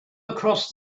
across